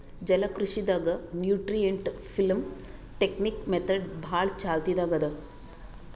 ಜಲಕೃಷಿ ದಾಗ್ nutrient film technique method ಭಾಳ್ ಚಾಲ್ತಿದಾಗ್ ಅದಾ